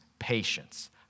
patience